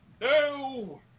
no